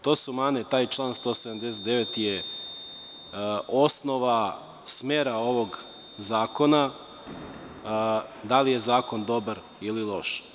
To su mane, taj član 179. je osnova smera ovog zakona da li je zakon dobar ili loš.